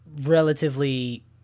relatively